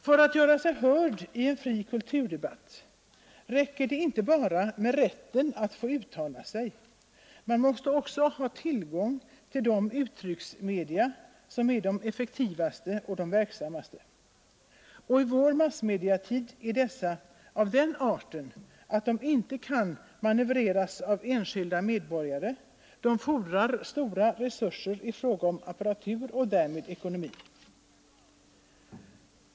För att göra sig hörd i en fri kulturdebatt räcker det inte med att bara få uttala sig; man måste också ha tillgång till de uttrycksmedier som är de effektivaste och mest verksamma. Och i vår tid är massmedierna av den arten att de inte kan manövreras av enskilda medborgare. De fordrar stora resurser i fråga om apparatur och därmed ekonomi.